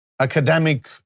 academic